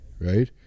right